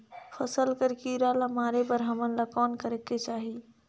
फसल कर कीरा ला मारे बर हमन ला कौन करेके चाही?